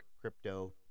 crypto